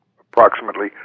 approximately